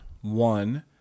one